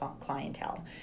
clientele